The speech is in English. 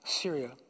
Syria